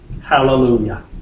Hallelujah